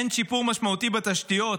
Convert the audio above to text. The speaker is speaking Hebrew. אין שיפור משמעותי בתשתיות,